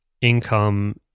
income